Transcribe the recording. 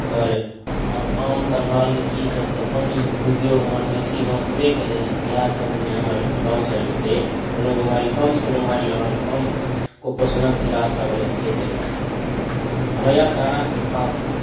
आओर आम कठहल लीची सभ तऽ बड उपयोग हमर मेहिषी गाँव तऽ छैबे करै इएह सभमे हमर गाँवसँ जे छै कोनो बीमारी कम सम बीमारी रहल कुपोषणके इलाज सभ होइत रहै छै मईया ताराकेँ कृपा छै